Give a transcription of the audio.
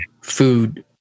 food